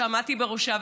שעמדתי בראשה,